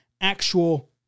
actual